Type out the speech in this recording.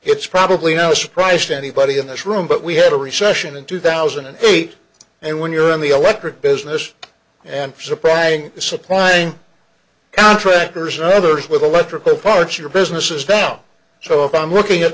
it's probably no surprise to anybody in this room but we had a recession in two thousand and eight and when you're in the electric business and surprising supplying contractors and others with electrical parts your business is down so if i'm looking at